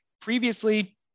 previously